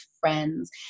friends